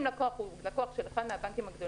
אם לקוח הוא לקוח של אחד מהבנקים הגדולים